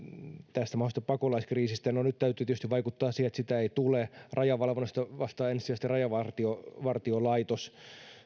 tästä mahdollisesta pakolaiskriisistä no nyt täytyy tietysti vaikuttaa siihen että sitä ei tule rajavalvonnasta vastaa ensisijaisesti rajavartiolaitos